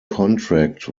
contract